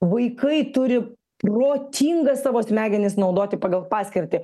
vaikai turi protingas savo smegenis naudoti pagal paskirtį